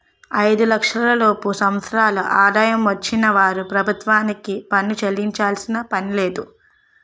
ఐదు లక్షల లోపు సంవత్సరాల ఆదాయం వచ్చిన వారు ప్రభుత్వానికి పన్ను చెల్లించాల్సిన పనిలేదు